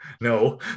no